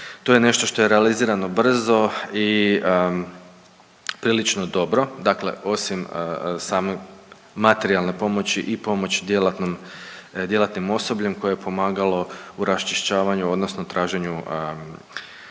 to je nešto što je realizirano brzo i prilično dobro. Dakle osim same materijalne pomoći i pomoć djelatnim osobljem koje je pomagalo u raščišćavanju odnosno traženju